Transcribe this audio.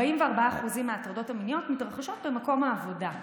44% מההטרדות המיניות מתרחשות במקום העבודה,